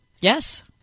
Yes